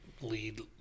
lead